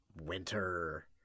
winter